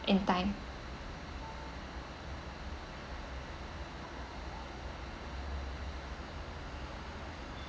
in time